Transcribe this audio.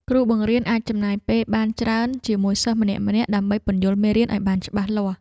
គ្រូបង្រៀនអាចចំណាយពេលបានច្រើនជាមួយសិស្សម្នាក់ៗដើម្បីពន្យល់មេរៀនឱ្យបានច្បាស់លាស់។